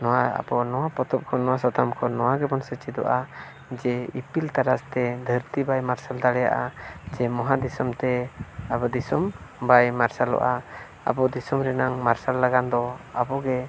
ᱱᱚᱣᱟ ᱟᱵᱚ ᱱᱚᱣᱟ ᱯᱚᱛᱚᱵ ᱠᱷᱚᱱ ᱱᱚᱣᱟ ᱥᱟᱛᱟᱢ ᱠᱷᱚᱱ ᱱᱚᱣᱟ ᱜᱮᱵᱚᱱ ᱥᱮᱪᱮᱫᱚᱜᱼᱟ ᱡᱮ ᱤᱯᱤᱞ ᱛᱟᱨᱟᱥ ᱛᱮ ᱫᱷᱟᱹᱨᱛᱤ ᱵᱟᱭ ᱢᱟᱨᱥᱟᱞ ᱫᱟᱲᱮᱭᱟᱜᱼᱟ ᱪᱮ ᱢᱚᱦᱟ ᱫᱤᱥᱚᱢ ᱛᱮ ᱟᱵᱚ ᱫᱤᱥᱚᱢ ᱵᱟᱭ ᱢᱟᱨᱥᱟᱞᱚᱜᱼᱟ ᱟᱵᱚ ᱫᱤᱥᱚᱢ ᱨᱮᱱᱟᱜ ᱢᱟᱨᱥᱟᱞ ᱞᱟᱹᱜᱤᱫ ᱫᱚ ᱟᱵᱚ ᱜᱮ